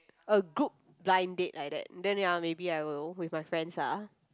a group blind date like that then ya maybe I will with my friends ah